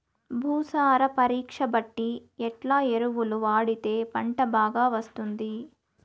భూసార పరీక్ష బట్టి ఎట్లా ఎరువులు వాడితే పంట బాగా వస్తుంది?